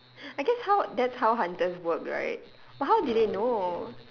I guess how that's how hunters work right but how did they know